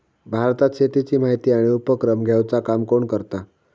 भारतात शेतीची माहिती आणि उपक्रम घेवचा काम कोण करता?